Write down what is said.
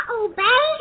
obey